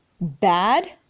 bad